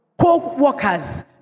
co-workers